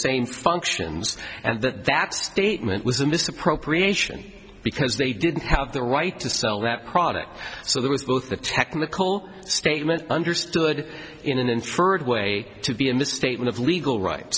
same functions and that that statement was a misappropriation because they didn't have the right to sell that product so there was both the technical statement understood in an inferred way to be a misstatement of legal right